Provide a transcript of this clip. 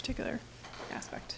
particular aspect